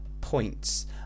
points